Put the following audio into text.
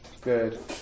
good